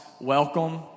welcome